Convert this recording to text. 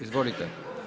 Izvolite.